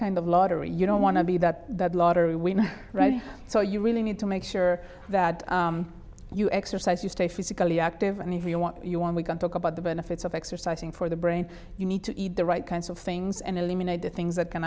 kind of lottery you don't want to be that that lottery winner so you really need to make sure that you exercise you stay physically active and if you want you want we can talk about the benefits of exercising for the brain you need to eat the right kinds of things and eliminate the things that can